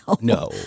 No